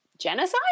genocide